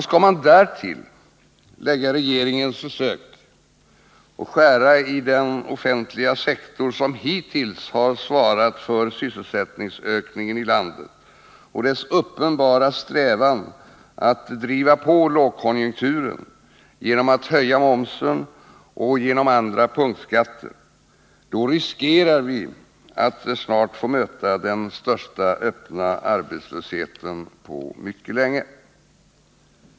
Skall man till det lägga regeringens försök att skära i den offentliga sektor som hittills har svarat för sysselsättningsökningen i landet och dess uppenbara strävan att driva på lågkonjunkturen genom att höja momsen och olika punktskatter — då riskerar vi att snart få möta den största öppna arbetslösheten på mycket länge.